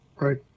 Right